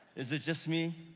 is it just me?